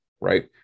right